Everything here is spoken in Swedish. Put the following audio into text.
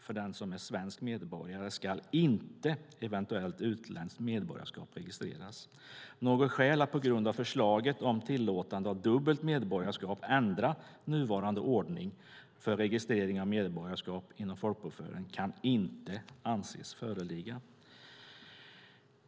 För den som är svensk medborgare skall inte eventuellt utländskt medborgarskap registreras." - "Något skäl att på grund av förslaget om tillåtande av dubbelt medborgarskap ändra nuvarande ordning för registrering av medborgarskap inom folkbokföringen kan inte anses föreligga."